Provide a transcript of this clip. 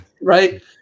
right